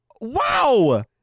Wow